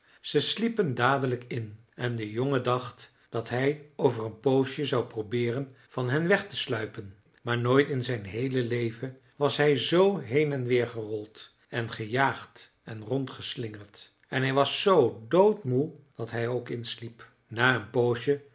ze sliepen dadelijk in en de jongen dacht dat hij over een poosje zou probeeren van hen weg te sluipen maar nooit in zijn heele leven was hij zoo heen en weer gerold en gejaagd en rondgeslingerd en hij was zoo doodmoe dat hij ook insliep na een poosje